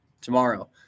tomorrow